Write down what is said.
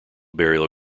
burial